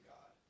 God